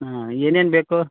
ಹಾಂ ಏನೇನು ಬೇಕು